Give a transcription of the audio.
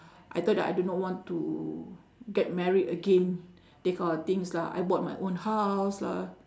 I thought I do not want to get married again that kind of things lah I bought my own house lah